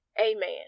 Amen